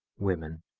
women,